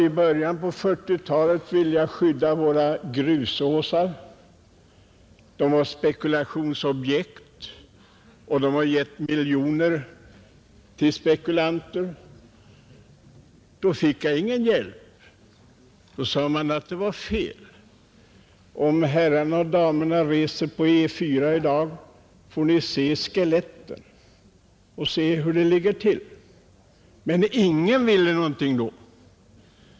I början på 1940-talet ville jag skydda våra grusåsar, som tjänstgjorde som spekulationsobjekt och som har givit miljoner till sina exploatörer. Då fick jag ingen hjälp. Då sade man att jag handlade fel. Om herrarna och damerna reser på E 4 i dag, så får ni se de skelett som nu finns kvar. Då ville ingen göra någonting.